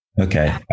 Okay